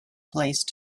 place